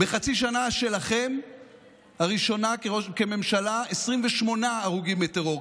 בחצי שנה הראשונה שלכם כממשלה 28 הרוגים מטרור,